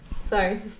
Sorry